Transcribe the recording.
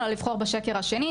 אלא לבחור בשקר השני.